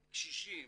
קשישים,